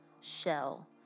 shell